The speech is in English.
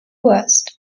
worst